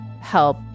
help